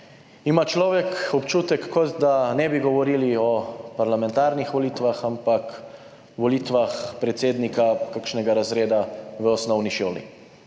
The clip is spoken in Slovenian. Ima človek občutek kot, da ne bi govorili o parlamentarnih volitvah, ampak volitvah predsednika kakšnega razreda v osnovni šoli,